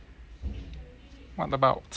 what about